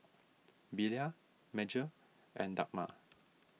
Belia Madge and Dagmar